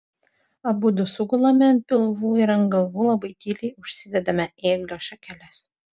abudu sugulame ant pilvų ir ant galvų labai tyliai užsidedame ėglio šakeles